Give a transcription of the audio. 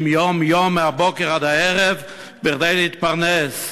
יום-יום מהבוקר עד הערב כדי להתפרנס.